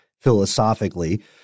philosophically